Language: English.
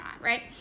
right